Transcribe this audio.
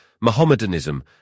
Mohammedanism